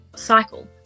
cycle